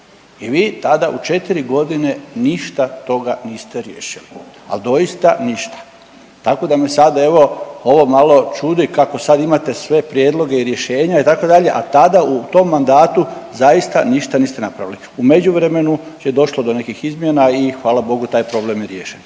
i vi tada u 4.g. ništa od toga niste riješili ali doista ništa, tako me sada evo ovo malo čudi kako sad imate sve prijedloge i rješenja itd. a tada u tom mandatu zaista ništa niste napravili. U međuvremenu je došlo do nekih izmjena i hvala bogu taj problem je riješen.